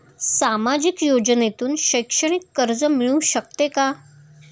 सामाजिक योजनेतून शैक्षणिक कर्ज मिळू शकते का?